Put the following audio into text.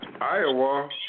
Iowa